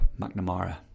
McNamara